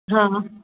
हां